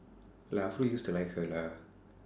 like used to like her lah